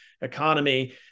economy